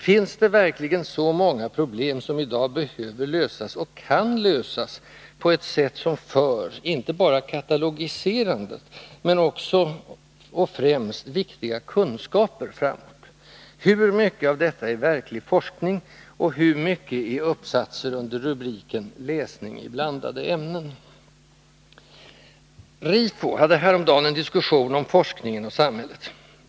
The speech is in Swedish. Finns det verkligen så många problem som i dag behöver lösas och kan lösas på ett sätt som för, inte bara katalogiserandet, utan även och främst viktiga kunskaper framåt? Hur mycket av detta är verklig forskning, och hur mycket är uppsatser under rubriken ”läsning i blandade ämnen”? Rifo hade häromdagen en diskussion om forskningen och samhället.